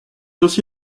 aussi